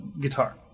guitar